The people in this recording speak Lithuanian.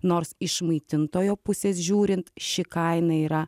nors iš maitintojo pusės žiūrint ši kaina yra